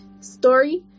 story